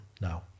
now